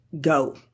go